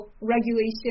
regulation